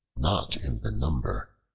not in the number.